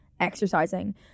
exercising